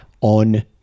on